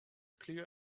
clear